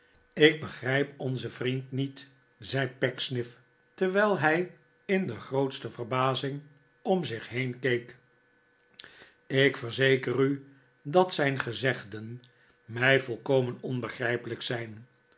ik begrijp onzen vriend niet zei pecksniff terwijl hij in de grootste verbazing om zich heen keek ik verzeker u dat zijn gezegden niij volkomen onbegrijpelijk zijn